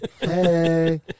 Hey